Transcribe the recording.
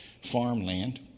farmland